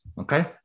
okay